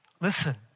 Listen